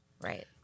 Right